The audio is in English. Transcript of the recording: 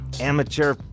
amateur